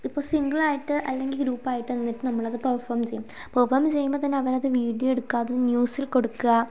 ഇപ്പോൾ സിംഗിൾ ആയിട്ട് അല്ലെങ്കിൽ ഗ്രൂപ്പ് ആയിട്ട് നിന്നിട്ട് നമ്മളത് പെർഫോം ചെയ്യും പെർഫോം ചെയ്യുമ്പോൾത്തന്നെ അവരത് വീഡിയോ എടുക്കുക അതു ന്യൂസിൽ കൊടുക്കുക